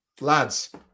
lads